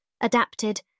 adapted